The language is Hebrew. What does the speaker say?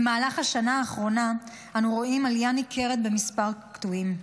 במהלך השנה האחרונה אנו רואים עלייה ניכרת במספר הקטועים,